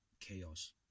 chaos